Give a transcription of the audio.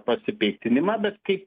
pasipiktinimą bet kaip